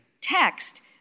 text